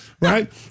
Right